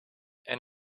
and